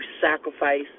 sacrifice